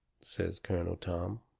says colonel tom.